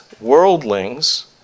worldlings